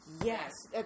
Yes